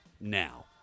Now